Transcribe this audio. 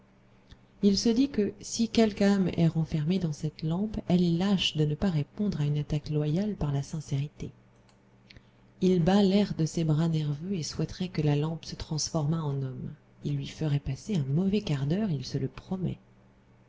il se dit que si quelque âme est renfermée dans cette lampe elle est lâche de ne pas répondre à une attaque loyale par la sincérité il bat l'air de ses bras nerveux et souhaiterait que la lampe se transformât en homme il lui ferait passer un mauvais quart d'heure il se le promet